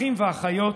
אחים ואחיות,